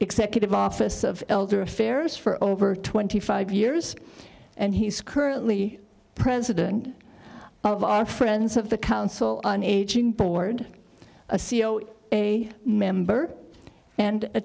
executive office of elder affairs for over twenty five years and he's currently president of are friends of the council on aging board a c e o a member and a